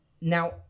now